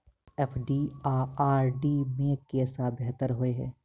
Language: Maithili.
एफ.डी आ आर.डी मे केँ सा बेहतर होइ है?